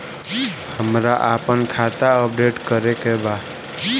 हमरा आपन खाता अपडेट करे के बा